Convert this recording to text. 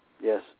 Yes